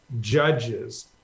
judges